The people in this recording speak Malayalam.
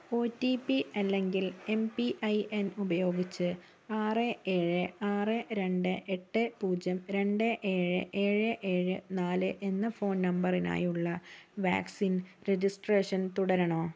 ഒ ടി പി അല്ലെങ്കിൽ എം പി ഐ എൻ ഉപയോഗിച്ച് ആറ് ഏഴ് ആറ് രണ്ട് എട്ട് പൂജ്യം രണ്ട് ഏഴ് ഏഴ് ഏഴ് നാല് എന്ന ഫോൺ നമ്പറിനായുള്ള വാക്സിൻ രജിസ്ട്രേഷൻ തുടരണോ